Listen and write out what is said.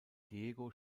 diego